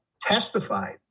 testified